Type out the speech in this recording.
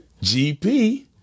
GP